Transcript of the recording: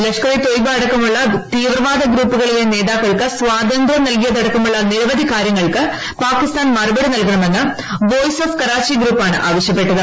ലഷ്കർ ഇ തെയ്ബ അടക്കമുള്ള തീവ്രവാദ ഗ്രൂപ്പുകളിലെ നേതാക്കൾക്ക് സ്വാതന്ത്യം നൽകിയിട്ടുള്ളതടക്കമുള്ള നിരവധി കാര്യങ്ങൾക്ക് പാകിസ്ഥാൻ മറുപടി നൽകണമെന്ന് വോയിസ് ഓഫ് കറാച്ചി ഗ്രൂപ്പ് ആണ് ആവശ്യപ്പെട്ടത്